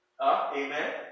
Amen